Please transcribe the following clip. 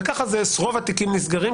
וככה רוב התיקים נסגרים.